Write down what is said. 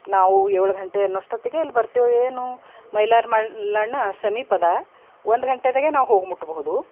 ನಾವು ಏಳು ಘಂಟೆ ಅನ್ನೋಷ್ಟೊತ್ತಿಗೆ ಇಲ್ಲಿ ಬರ್ತೆವು ಏನು ಮೈಲಾರ ಮಲ್ಲಣ್ಣ ಸಮೀಪದ ಒಂದು ಘಂಟೆದಾಗೆ ನಾವು ಹೋಗಿ ಮುಟ್ಟಬಹುದು